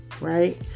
Right